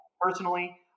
personally